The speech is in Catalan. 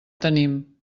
tenim